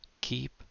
Keep